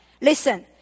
Listen